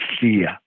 fear